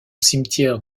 cimetière